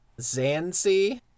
Zancy